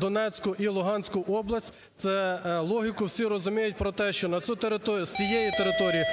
Донецьку і Луганську область, це логіку всі розуміють про те, що з цієї території